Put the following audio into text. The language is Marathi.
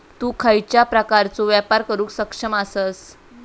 तु खयच्या प्रकारचो व्यापार करुक सक्षम आसस?